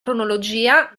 cronologia